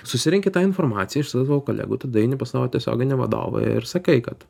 susirenki tą informaciją iš savo kolegų tada eini pas savo tiesioginį vadovą ir sakai kad